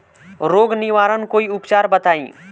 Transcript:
रोग निवारन कोई उपचार बताई?